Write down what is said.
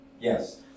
yes